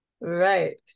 right